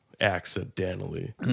Accidentally